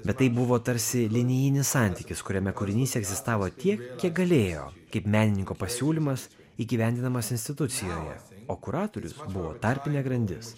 bet tai buvo tarsi linijinis santykis kuriame kūrinys egzistavo tiek kiek galėjo kaip menininko pasiūlymas įgyvendinamas institucijoje o kuratorius buvo tarpinė grandis